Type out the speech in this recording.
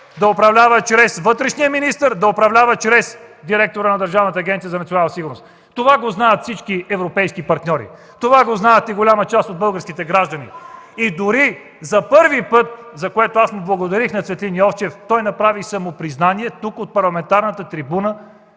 да управлява чрез вътрешния министър, да управлява чрез директора на Държавната агенция „Национална сигурност”. (Ръкопляскания от ГЕРБ.) Това го знаят всички европейски партньори. Това го знаят и голяма част от българските граждани. Дори за първи път, за което аз благодарих на Цветлин Йовчев, той направи самопризнание тук, от парламентарната трибуна,